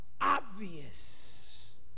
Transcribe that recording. obvious